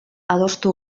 adostu